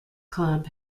club